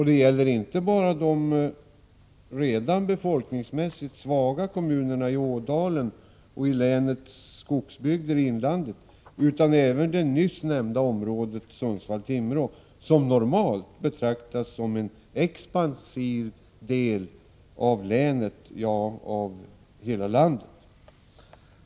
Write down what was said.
Det gäller inte bara de redan befolkningsmässigt svaga kommunerna i Ådalen och i länets skogsbygder i inlandet utan även det nyss nämnda området Sundsvall-Timrå, som normalt betraktas som en expansiv del av länet, ja, av hela landet.